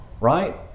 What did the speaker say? right